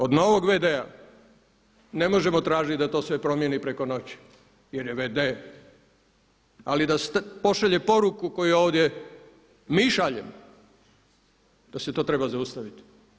Od novog v.d.-a ne možemo tražiti da to sve promijeni preko noći jer je v.d. ali da pošalje poruku koju ovdje mi šaljemo da se to treba zaustaviti.